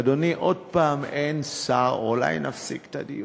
אדוני, עוד הפעם אין שר, אולי נפסיק את הדיון?